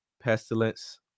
pestilence